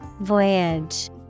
Voyage